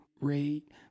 rate